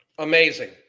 Amazing